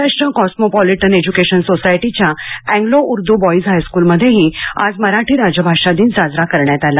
Maharashtra cosmopolitan education सोसायटीच्या Anglo Urdu boys high school मध्ये ही आज मराठी राजभाषा दिन साजरा करण्यात आला